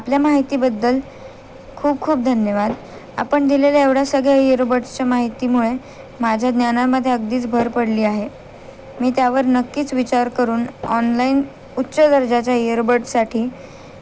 आपल्या माहितीबद्दल खूप खूप धन्यवाद आपण दिलेल्या एवढ्या सगळ्या ईयरबड्सच्या माहितीमुळे माझ्या ज्ञानामध्ये अगदीच भर पडली आहे मी त्यावर नक्कीच विचार करून ऑनलाईन उच्च दर्जाच्या ईयरबडसाठी